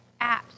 apps